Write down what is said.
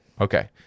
Okay